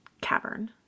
cavern